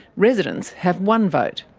residents have one vote.